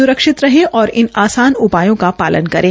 सुरक्षित रहें और इन आसान उपायों का पालन करें